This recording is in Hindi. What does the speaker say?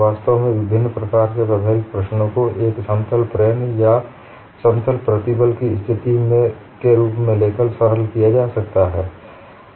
वास्तव में विभिन्न प्रकार के व्यावहारिक प्रश्नों को एक समतल स्ट्रेन या एक समतल प्रतिबल की स्थिति के रूप में लेकर सरल किया जा सकता है